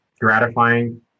gratifying